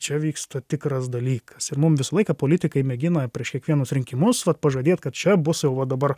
čia vyksta tikras dalykas ir mum visą laiką politikai mėgina prieš kiekvienus rinkimus vat pažadėt kad čia bus jau va dabar